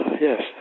yes